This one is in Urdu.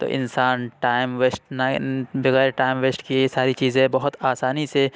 تو انسان ٹائم ویسٹ نہ بغیر ٹائم ویسٹ کئے یہ ساری چیزیں بہت آسانی سے